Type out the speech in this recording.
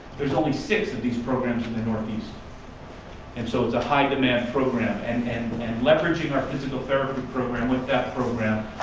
there's only six of these programs in the northeast and so a high demand program, and and and leveraging our physical therapy program with that program,